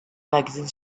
magazine